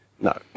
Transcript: No